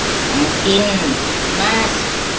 तिन मार्च